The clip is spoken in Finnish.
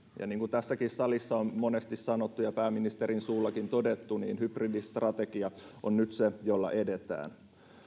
ja niin kuin tässäkin salissa on monesti sanottu ja pääministerin suullakin todettu niin hybridistrategia on nyt se jolla edetään